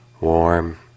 Warm